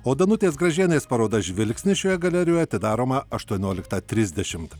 o danutės gražienės paroda žvilgsnis šioje galerijoje atidaroma aštuonioliktą trisdešimt